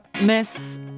miss